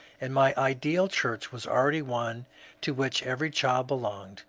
and my ideal church was already one to which every child belonged.